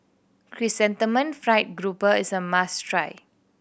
Chrysanthemum Fried Grouper is a must try